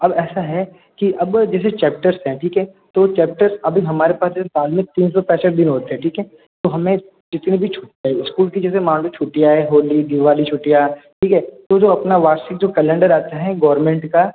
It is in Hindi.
अब ऐसा है कि अब जैसे चैप्टर हैं ठीक है तो चैप्टर अभी हमारे पास एक साल में हमारे पास तीन सौ पैंसठ दिन होते हैं ठीक है तो हमें जितनी भी छुट्टी इस्कूल की मान लो जैसे छुट्टियाँ होली दिवाली छुट्टियाँ ठीक है तो जो अपना वार्षिक जो कैलेंडर आते हैं गवर्नमेंट का